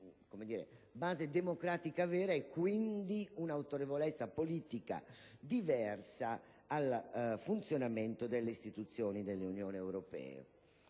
base democratica vera e, quindi, un'autorevolezza politica diversa al funzionamento delle istituzioni dell'Unione europea,